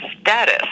status